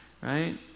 Right